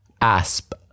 Asp